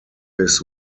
his